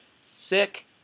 sick